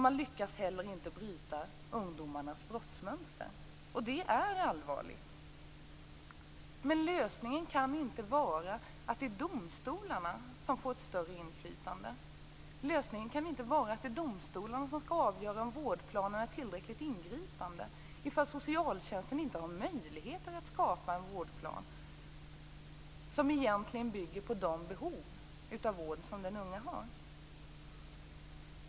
Man lyckas inte heller bryta ungdomarnas brottsmönster. Detta är allvarligt. Men lösningen kan inte vara att domstolarna skall få ett större inflytande. Lösningen kan heller inte vara att domstolarna skall avgöra om en vårdplan är tillräckligt ingripande ifall socialtjänsten inte har några möjligheter att skapa en vårdplan som egentligen bygger på de behov av vård som den unge har.